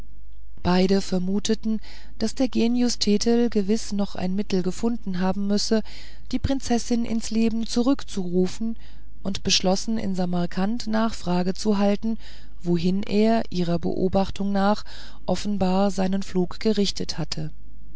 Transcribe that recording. beide vermuteten daß der genius thetel gewiß noch ein mittel gefunden haben müsse die prinzessin ins leben zurückzurufen und beschlossen in samarkand nachfrage zu halten wohin er ihrer beobachtung nach offenbar seinen flug gerichtet hatte